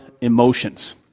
emotions